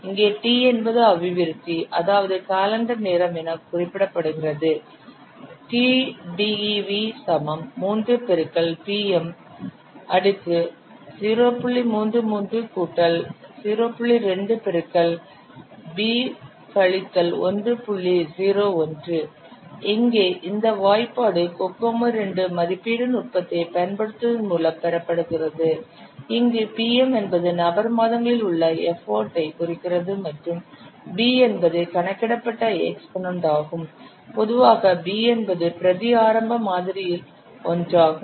இங்கே T என்பது அபிவிருத்தி அதாவது காலண்டர் நேரம் என குறிப்பிடப்படுகிறது இங்கே இந்த வாய்ப்பாடு கோகோமோ 2 மதிப்பீட்டு நுட்பத்தைப் பயன்படுத்துவதன் மூலம் பெறப்படுகிறது இங்கு PM என்பது நபர் மாதங்களில் உள்ள எஃபர்ட் ஐ குறிக்கிறது மற்றும் B என்பது கணக்கிடப்பட்ட எக்ஸ்போனென்ட் ஆகும் பொதுவாக B என்பது பிரதி ஆரம்ப மாதிரியில் ஒன்றாகும்